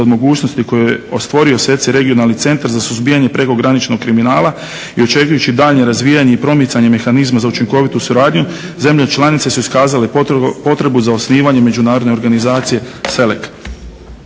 od mogućnosti koji se stvori SECI Regionalni centar za suzbijanje prekograničnog kriminala i očekujući daljnje razvijanje i promicanje mehanizma za učinkovitu suradnju zemlje članice su iskazale potrebu za osnivanjem međunarodne organizacije SELEC.